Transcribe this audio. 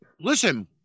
listen